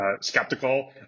Skeptical